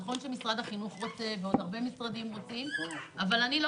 נכון שמרד החינוך רוצה ועוד הרבה משרדים רוצים אבל אני לא